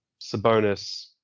Sabonis